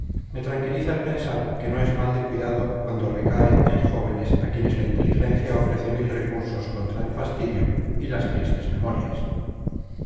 me tranquiliza el pensar que no es mal de cuidado cuando recae en jóvenes a quienes la inteligencia ofrece mil recursos contra el fastidio y las tristes memorias